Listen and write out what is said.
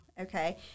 okay